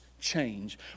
Change